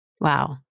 Wow